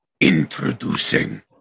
Introducing